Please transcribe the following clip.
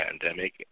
pandemic